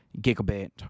gigabit